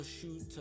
shoot